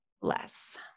less